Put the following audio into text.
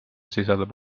sisaldab